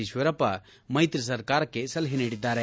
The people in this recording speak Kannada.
ಈಶ್ವರಪ್ಪ ಮೈತ್ರಿ ಸರಕಾರಕ್ಕೆ ಸಲಹೆ ನೀಡಿದ್ದಾರೆ